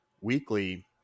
weekly